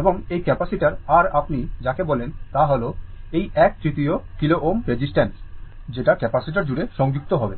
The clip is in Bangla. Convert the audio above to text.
এবং এই ক্যাপাসিটার আর আপনি যাকে বলেন তা হল এই এক তৃতীয়াংশ kilo Ω রেসিস্ট্যান্স যেটা ক্যাপাসিটার জুড়ে সংযুক্ত হবে